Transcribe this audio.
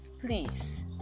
Please